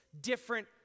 different